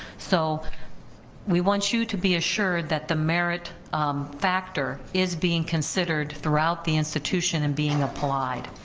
so we want you to be assured that the merit factor is being considered throughout the institution and being applied,